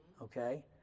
Okay